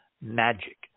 magic